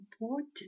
important